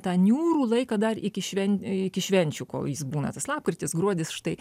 tą niūrų laiką dar iki šven iki švenčių kol jis būna tas lapkritis gruodis štai